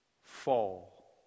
fall